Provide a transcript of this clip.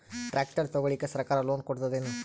Tractor ತಗೊಳಿಕ ಸರ್ಕಾರ loan ಕೊಡತದೇನು?